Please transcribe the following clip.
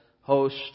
host